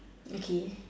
okay